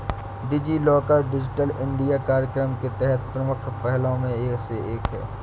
DigiLocker digital India कार्यक्रम के तहत प्रमुख पहलों में से एक है